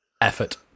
effort